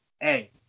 hey